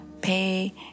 pay